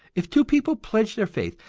if two people pledge their faith,